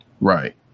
right